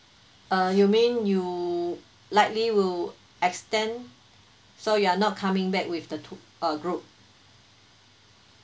uh you mean you likely will extend so you are not coming back with the tour uh group